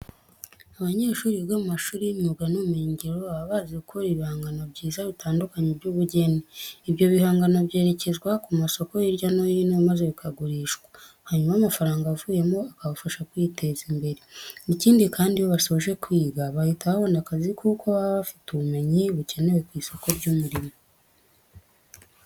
Abanyeshuri biga mu mashuri y'imyuga n'ubumenyingiro baba bazi gukora ibihangano byiza bitandukanye by'ubugeni. Ibyo bihangano byerekezwa ku masoko hirya no hino maze bikagurishwa, hanyuma amafaranga avuyemo akabafasha kwiteza imbere. Ikindi kandi, iyo basoje kwiga bahita babona akazi kuko baba bafite ubumenyi bukenewe ku isoko ry'umurimo.